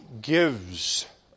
gives